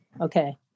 Okay